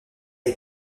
est